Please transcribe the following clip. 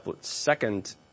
second